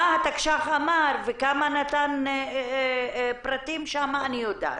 מה התקש"ח אמר וכמה פרטים נתן שם אני יודעת.